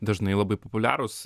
dažnai labai populiarūs